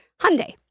Hyundai